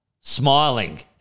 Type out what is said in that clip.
smiling